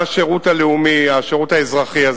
לשירות הלאומי, לשירות האזרחי.